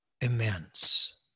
immense